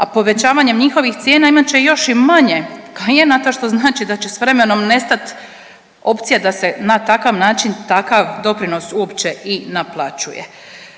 a povećavanjem njihovih cijena imat će još i manje klijenata što znači da će s vremenom nestati opcija da se na takav način takav doprinos uopće i naplaćuje.